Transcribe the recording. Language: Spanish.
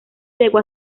llegó